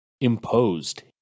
imposed